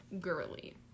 girly